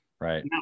right